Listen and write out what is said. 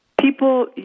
people